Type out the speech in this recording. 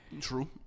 true